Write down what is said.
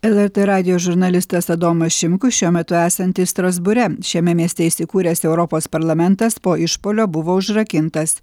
lrt radijo žurnalistas adomas šimkus šiuo metu esantis strasbūre šiame mieste įsikūręs europos parlamentas po išpuolio buvo užrakintas